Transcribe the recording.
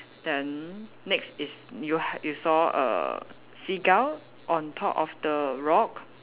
then next is you h~ you saw a seagull on top of the rock